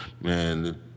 Man